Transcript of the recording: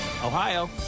Ohio